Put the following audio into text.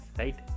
right